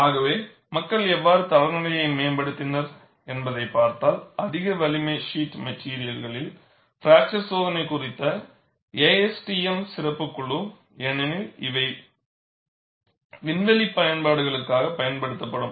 ஆகவே மக்கள் எவ்வாறு தரநிலையை மேம்படுத்தினர் என்பதைப் பார்த்தால் அதிக வலிமை ஷீட் மெட்டிரியல் பிராக்சர் சோதனை குறித்த ASTM சிறப்புக் குழு ஏனெனில் இவை விண்வெளி பயன்பாடுகளுக்குப் பயன்படுத்தப்பட்டன